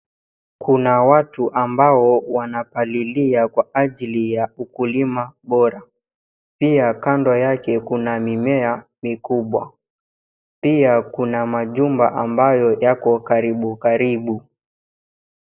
Kuna watu ambao wanapalilia kwa ajili ya ukulima bora. Pia kando yake kuna mimea mikubwa. Pia kuna majumba ambayo yako karibu karibu.